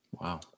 Wow